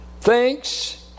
Thanks